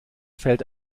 fällt